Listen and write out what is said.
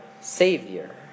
Savior